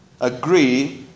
agree